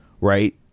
right